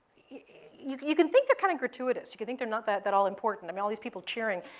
you can you can think they're kind of gratuitous. you can think they're not that that all important. i mean, all these people cheering.